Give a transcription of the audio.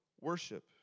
worship